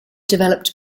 developed